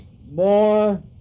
more